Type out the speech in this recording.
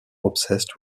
obsessed